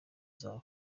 zabo